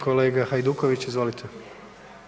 Kolega Hajduković, izvolite.